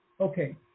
Okay